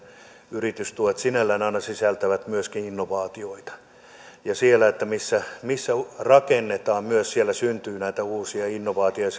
yritystuet sinällään aina sisältävät myöskin innovaatioita ja myös siellä missä missä rakennetaan syntyy näitä uusia innovaatioita